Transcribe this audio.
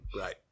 Right